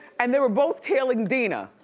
and they were both tailing dina.